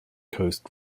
coast